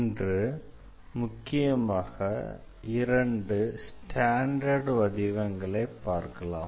இன்று முக்கியமாக இரண்டு ஸ்டான்டர்ட் வடிவங்களை பார்க்கலாம்